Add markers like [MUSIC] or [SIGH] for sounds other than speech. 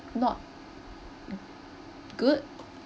not [NOISE] good